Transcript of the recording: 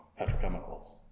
petrochemicals